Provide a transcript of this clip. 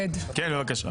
כן, בבקשה.